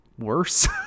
worse